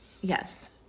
Yes